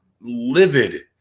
livid